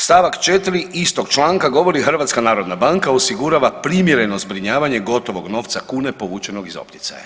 Stavak 4. istog članka govori HNB osigurava primjereno zbrinjavanje gotovog novca kune povučenog iz opticaja.